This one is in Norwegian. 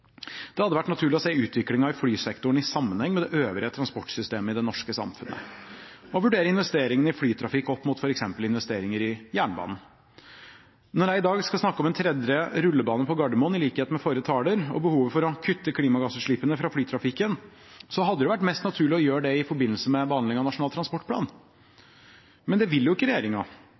Det hadde vært naturlig å se utviklingen i flysektoren i sammenheng med det øvrige transportsystemet i det norske samfunnet og vurdere investeringene i flytrafikk opp mot f.eks. investeringer i jernbane. Når jeg i dag skal snakke om en tredje rullebane på Gardermoen – i likhet med forrige taler – og behovet for å kutte klimagassutslippene fra flytrafikken, hadde det vært mest naturlig å gjøre det i forbindelse med behandling av Nasjonal transportplan. Men det vil jo ikke